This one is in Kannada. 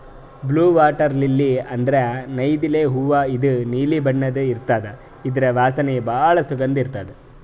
ಬ್ಲೂ ವಾಟರ್ ಲಿಲ್ಲಿ ಅಂದ್ರ ನೈದಿಲೆ ಹೂವಾ ಇದು ನೀಲಿ ಬಣ್ಣದ್ ಇರ್ತದ್ ಇದ್ರ್ ವಾಸನಿ ಭಾಳ್ ಸುಗಂಧ್ ಇರ್ತದ್